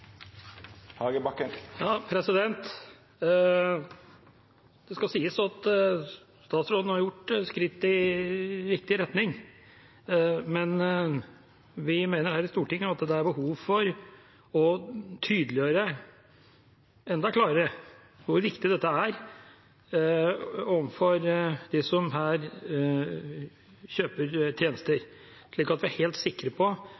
Det skal sies at statsråden har tatt et skritt i riktig retning, men vi mener her i Stortinget at det er behov for å tydeliggjøre enda klarere hvor viktig dette er overfor dem som kjøper tjenester, slik at vi er helt sikre på